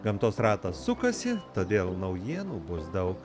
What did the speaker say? gamtos ratas sukasi todėl naujienų bus daug